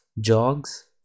jogs